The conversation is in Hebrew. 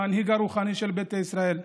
המנהיג הרוחני של ביתא ישראל,